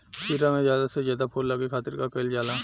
खीरा मे ज्यादा से ज्यादा फूल लगे खातीर का कईल जाला?